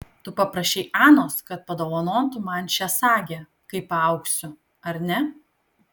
tu paprašei anos kad padovanotų man šią sagę kai paaugsiu ar ne